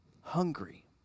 hungry